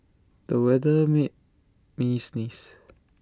the weather made me sneeze